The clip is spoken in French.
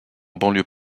banlieue